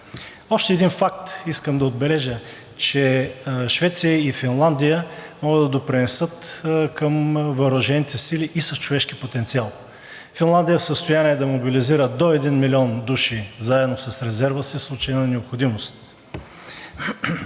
Още един факт искам да отбележа, че Швеция и Финландия могат да допринесат към въоръжените сили и с човешки потенциал. Финландия е в състояние да мобилизира до един милион души, заедно с резерва си, в случай на необходимост.